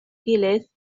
gilydd